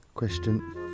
Question